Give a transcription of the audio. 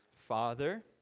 Father